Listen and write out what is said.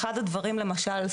אחד הדברים למשל,